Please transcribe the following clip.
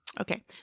Okay